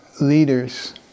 leaders